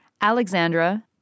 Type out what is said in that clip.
Alexandra